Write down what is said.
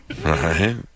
Right